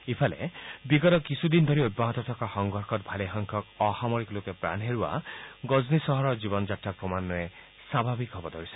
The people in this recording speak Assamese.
ইফালে বিগত কিছুদিন ধৰি অব্যাহত থকা সংঘৰ্ষত ভালেসংখ্যক অসামৰিক লোকে প্ৰাণ হেৰুওৱা গজনি চহৰৰ জীৱন যাত্ৰা ক্ৰমান্বয়ে স্বাভাৱিক হ'ব ধৰিছে